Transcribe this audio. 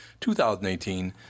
2018